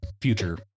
future